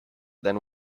than